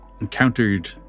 encountered